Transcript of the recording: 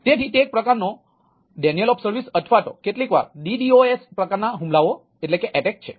તેથી તે એક પ્રકારનો DoS અથવા કેટલીક વાર DDoS પ્રકારના હુમલાઓ છે